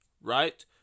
right